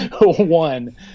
one